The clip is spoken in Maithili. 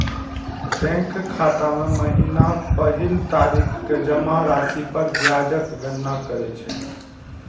बैंक खाता मे महीनाक पहिल तारीख कें जमा राशि पर ब्याजक गणना करै छै